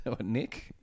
Nick